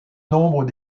nombre